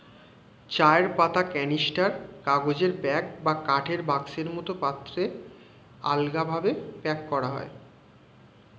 চায়ের পাতা ক্যানিস্টার, কাগজের ব্যাগ বা কাঠের বাক্সের মতো পাত্রে আলগাভাবে প্যাক করা হয়